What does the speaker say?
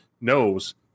knows